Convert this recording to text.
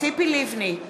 ציפי לבני,